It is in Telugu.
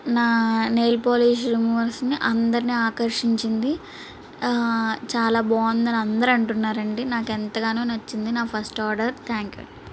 నా నెయిల్ పోలిష్ రిమూవర్స్ని అందరిని ఆకర్షించింది చాలా బాగుందని అందరూ అంటున్నారండి నాకెంతగానో నచ్చింది నా ఫస్ట్ ఆర్డర్ థ్యాంక్ యూ